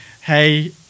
hey